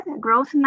growth